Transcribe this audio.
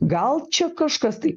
gal čia kažkas tai